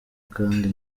kandi